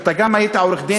אתה גם היית עורך-דין,